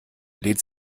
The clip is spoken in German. lädt